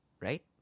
right